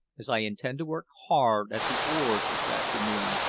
as i intend to work hard at the oars this afternoon,